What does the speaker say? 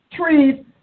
Trees